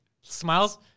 smiles